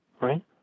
Right